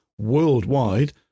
worldwide